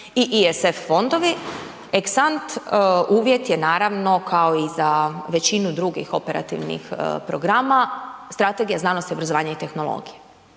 i ESIF fondovi, ex ante uvjet je naravno kao i za većinu drugih operativnih programa, Strategija znanosti, obrazovanja i tehnologije.